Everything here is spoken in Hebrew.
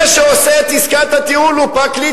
זה שעושה את עסקת הטיעון הוא פרקליט